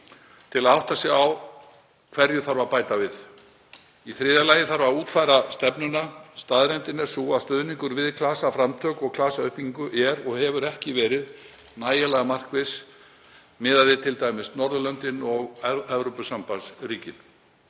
til að átta sig á hverju þarf að bæta við. Í þriðja lagi þarf að útfæra stefnuna. Staðreyndin er sú að stuðningur við klasaframtak og klasauppbyggingu er og hefur ekki verið nægilega markviss miðað við t.d. Norðurlöndin og Evrópusambandsríkin.